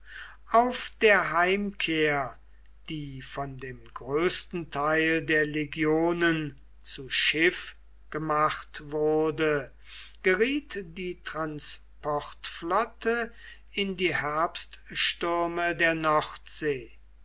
auf der heimkehr die von dem größten teil der legionen zu schiff gemacht wurde geriet die transportflotte in die herbststürme der nordsee